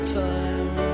time